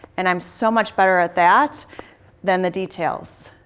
and i'm so much better at that than the details.